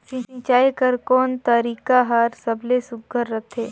सिंचाई कर कोन तरीका हर सबले सुघ्घर रथे?